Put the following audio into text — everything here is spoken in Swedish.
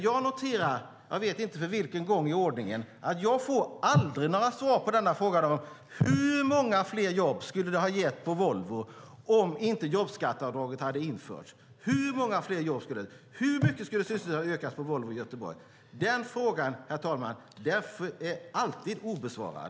Jag noterar - jag vet inte för vilken gång i ordningen - att jag aldrig får några svar på frågan hur många fler jobb det skulle ha lett till på Volvo om inte jobbskatteavdraget hade införts. Hur många fler jobb skulle det ha lett till? Hur mycket skulle sysselsättningen ha ökat på Volvo i Göteborg? Den frågan, herr talman, förblir alltid obesvarad.